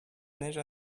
neige